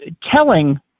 telling